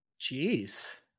Jeez